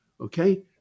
okay